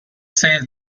save